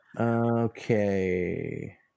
okay